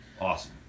Awesome